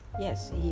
Yes